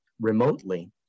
remotely